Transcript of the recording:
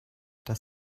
das